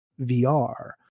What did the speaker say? VR